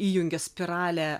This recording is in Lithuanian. įjungia spiralę